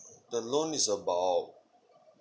the loan is about